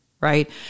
right